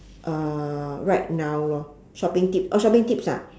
uh right now lor shopping tips oh shopping tips ah